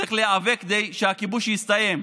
צריך להיאבק כדי שהכיבוש יסתיים.